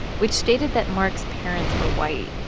which stated that mark's parents were white.